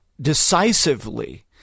decisively